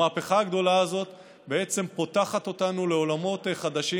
המהפכה הגדולה הזאת בעצם פותחת אותנו לעולמות חדשים.